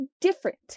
different